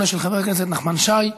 1138, של חבר הכנסת נחמן שי,